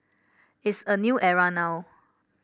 it's a new era now